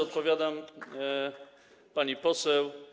Odpowiadam pani poseł.